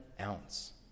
ounce